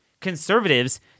conservatives